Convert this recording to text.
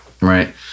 right